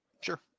Sure